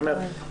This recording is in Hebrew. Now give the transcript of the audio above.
ואני אומר,